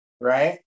Right